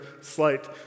slight